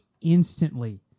instantly